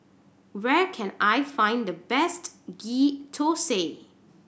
where can I find the best Ghee Thosai